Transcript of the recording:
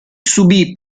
subì